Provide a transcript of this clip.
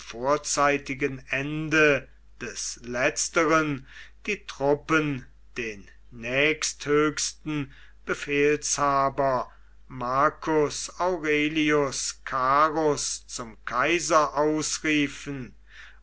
vorzeitigen ende des letzteren die truppen den nächsthöchsten befehlshaber marcus aurelius carus zum kaiser ausriefen